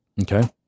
Okay